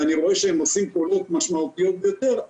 ואני רואה שהיא עושה פעולות משמעותיות ביותר,